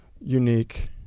unique